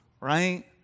right